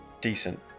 decent